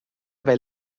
weil